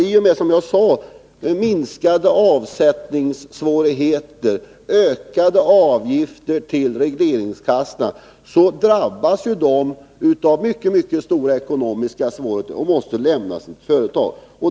I och med större avsättningssvårigheter och ökade avgifter till regleringskassorna drabbas de av mycket stora ekonomiska svårigheter och måste i många fall lämna sina företag.